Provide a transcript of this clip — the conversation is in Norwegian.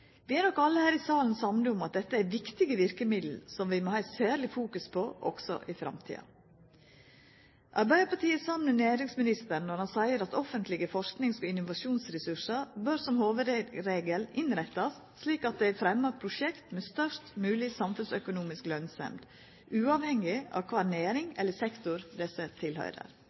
er nok alle her i salen samde om at dette er viktige verkemiddel som vi må ha eit særleg fokus på også i framtida. Arbeidarpartiet er samd med næringsministeren når han seier at offentlege forskings- og innovasjonsressursar bør som hovudregel innrettast slik at dei fremmar prosjekt med størst mogleg samfunnsøkonomisk lønsemd, uavhengig av kva næring eller sektor desse tilhøyrer,